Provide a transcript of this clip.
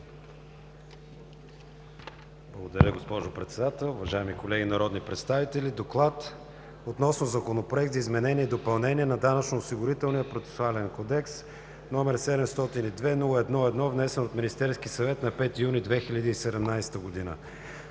Благодаря, госпожо Председател. Уважаеми колеги народни представители! „ДОКЛАД относно Законопроект за изменение и допълнение на Данъчно-осигурителния процесуален кодекс, № 702-01-1, внесен от Министерски съвет на 5 юни 2017 г.